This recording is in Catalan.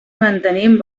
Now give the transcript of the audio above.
mantenim